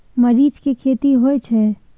मरीच के खेती होय छय?